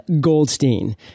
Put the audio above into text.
Goldstein